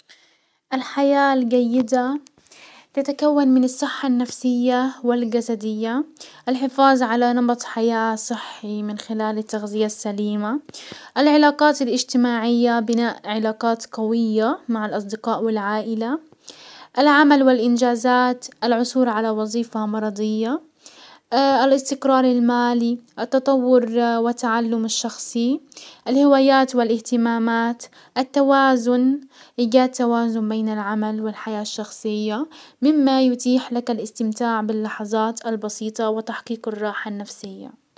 الحياة الجيدة تتكون من الصحة النفسية والجسدية. الحفاز على نمط حياة صحي من خلال التغزية السليمة، العلاقات الاجتماعية بناء علاقات قوية مع الاصدقاء والعائلة، العمل والانجازات العثورعلى وظيفة مرضية، الاستقرار المالي، التطور وتعلم الشخصي الهوايات والاهتمامات. التوازن ايجاد توازن بين العمل والحياة الشخصية، مما يتيح لك الاستمتاع باللحزات البسيطة وتحقيق الراحة النفسية.